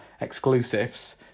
exclusives